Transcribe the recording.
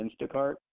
Instacart